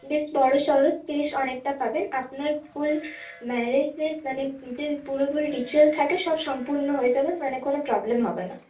বেশ বড়সড় স্পেস অনেকটা পাবেন আপনার ফুল ম্যারেজের মানে যে পুরোপুরি রিচুয়াল থাকে সব সম্পূর্ণ হয়ে যাবে মানে কোনো প্রব্লেম হবে না